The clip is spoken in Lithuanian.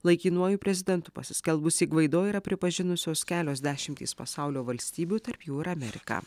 laikinuoju prezidentu pasiskelbusį gvaido yra pripažinusios kelios dešimtys pasaulio valstybių tarp jų ir amerika